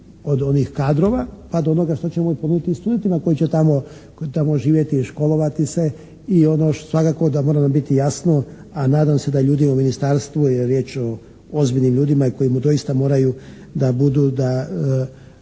od onih kadrova pa do onoga što ćemo ponuditi i studentima koji će tamo živjeti, školovati se i ono svakako da mora nam biti jasno, a nadam se da ljudi u ministarstvu jer je riječ o ozbiljnim ljudima i koji doista moraju da